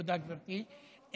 תודה, גברתי.